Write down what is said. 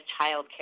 childcare